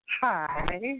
Hi